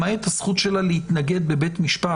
למעט הזכות שלה להתנגד בבית משפט.